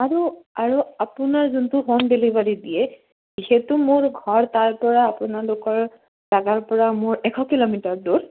আৰু আৰু আপোনাৰ যোনটো হোম ডেলিভাৰী দিয়ে যিহেতু মোৰ ঘৰ তাৰপৰা আপোনালোকৰ জাগাৰ পৰা মোৰ এশ কিলোমিটাৰ দূৰ